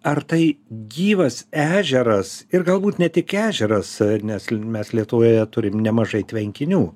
ar tai gyvas ežeras ir galbūt ne tik ežeras nes mes lietuvoje turim nemažai tvenkinių